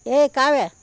ಯೇ ಕಾವ್ಯ